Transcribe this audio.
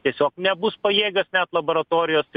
tiesiog nebus pajėgios net laboratorijos